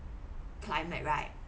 climate right